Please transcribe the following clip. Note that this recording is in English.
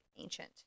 ancient